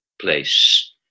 place